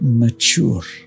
mature